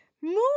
move